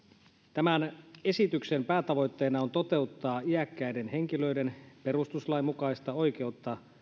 tämän esityksen päätavoitteena on toteuttaa iäkkäiden henkilöiden perustuslain mukaista oikeutta